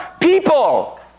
people